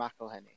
McElhenney